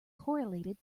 correlated